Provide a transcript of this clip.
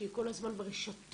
שהיא כל הזמן ברשתות.